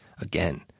again